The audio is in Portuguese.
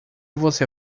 você